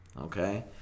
Okay